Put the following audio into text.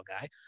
guy